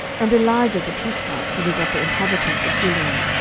and elijah the tishbite, who was of the inhabitants of gilead,